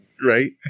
Right